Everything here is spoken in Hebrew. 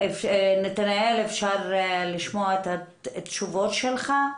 בבקשה, נתנאל, אפשר לשמוע את התשובות שלך?